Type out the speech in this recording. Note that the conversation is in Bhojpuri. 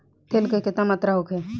तेल के केतना मात्रा होखे?